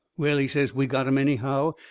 well, he says, we got em, anyhow.